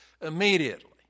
immediately